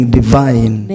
divine